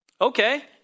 okay